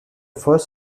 first